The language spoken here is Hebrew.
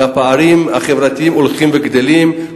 והפערים החברתיים הולכים וגדלים,